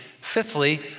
fifthly